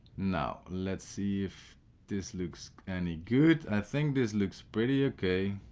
now let's see if this looks any good i think this looks pretty okay